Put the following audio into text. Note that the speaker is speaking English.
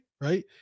right